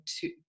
two